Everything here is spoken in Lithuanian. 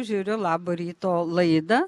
žiūriu labo ryto laidą